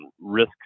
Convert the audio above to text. risk